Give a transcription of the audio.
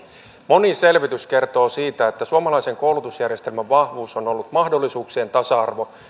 moni selvitys kertoo siitä että suomalaisen koulutusjärjestelmän vahvuus on ollut mahdollisuuksien tasa arvo